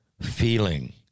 feeling